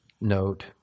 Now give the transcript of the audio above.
note